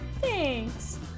thanks